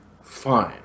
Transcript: Fine